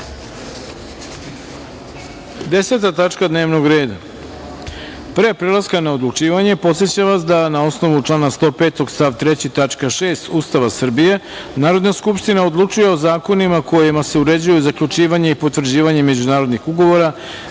tačaka dnevnog reda. Pre prelaska na odlučivanje, podsećam vas da, na osnovu člana 105. stav 3. tačka 6. Ustava Srbije, Narodna skupština odlučuje o zakonima kojima se uređuju zaključivanje i potvrđivanje međunarodnih ugovora